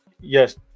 Yes